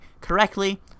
correctly